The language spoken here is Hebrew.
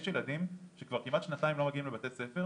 יש ילדים שכבר כמעט שנתיים לא מגיעים לבית הספר